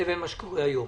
לבין מה שקורה היום.